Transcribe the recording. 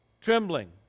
trembling